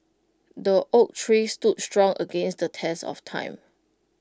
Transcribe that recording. the oak tree stood strong against the test of time